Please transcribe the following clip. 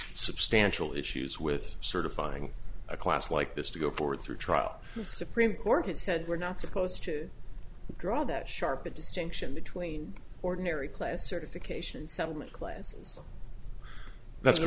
substantial issues with certifying a class like this to go forward through trial supreme court has said we're not supposed to draw that sharp distinction between ordinary class certification settlement classes that